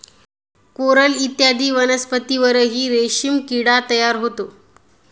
coral इत्यादी वनस्पतींवरही रेशीम किडा तयार होतो